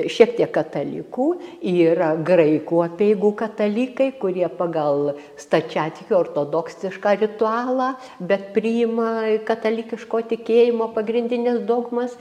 šiek tiek katalikų yra graikų apeigų katalikai kurie pagal stačiatikių ortodoksišką ritualą bet priima katalikiško tikėjimo pagrindines dogmas